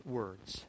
words